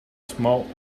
small